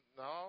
no